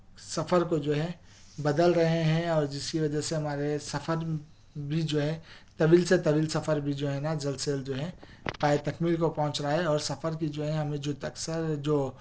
سفر کو جو ہے بدل رہے ہیں اور جس کی وجہ سے ہمارے سفر بھی جو ہے طویل سے طویل سفر بھی جو ہے نا جلد سے جلد جو ہے پایۂ تکمیل کو پہنچ رہا ہے اور سفر کی جو ہے ہمیں جو اکثر جو